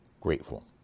grateful